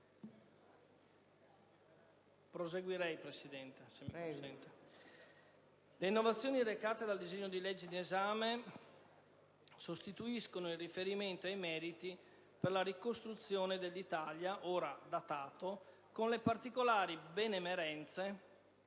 Le innovazioni recate dal disegno di legge in esame sostituiscono il riferimento ai meriti per la ricostruzione dell'Italia - ora datato - con le particolari benemerenze